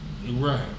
Right